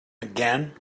again